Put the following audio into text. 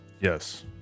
Yes